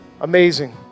Amazing